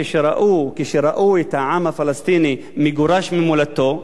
כשראו את העם הפלסטיני מגורש ממולדתו,